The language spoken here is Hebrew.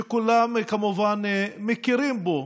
שכולם כמובן מכירים בו,